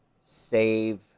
Save